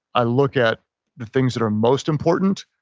i look at the things that are most important.